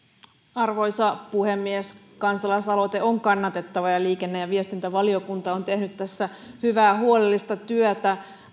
arvoisa puhemies kansalaisaloite on kannatettava ja liikenne ja viestintävaliokunta on tehnyt tässä hyvää huolellista työtä